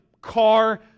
car